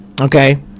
Okay